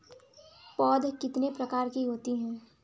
पौध कितने प्रकार की होती हैं?